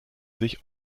sich